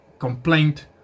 complaint